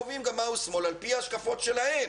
שמאל על פי ההשקפות שלהם.